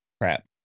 crap